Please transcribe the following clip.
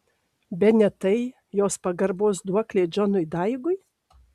bene tai jos pagarbos duoklė džonui daigui